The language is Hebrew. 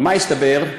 ומה הסתבר?